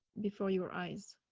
before your eyes.